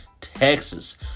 Texas